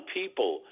people